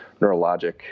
neurologic